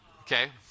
Okay